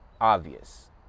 obvious